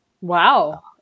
Wow